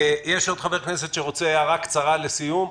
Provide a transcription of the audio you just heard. יש עוד חבר כנסת שרוצה להעיר הערה קצרה לסיום?